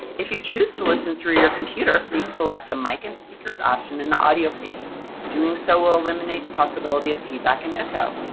if you choose to listen through your computer, please select the mic and speakers option in the audio pane doing so will eliminate the possibility of feedback and echo.